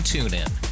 TuneIn